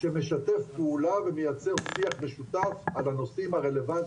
שמשתף פעולה ומייצר שיח משותף על הנושאים הרלוונטיים,